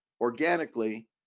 organically